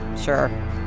Sure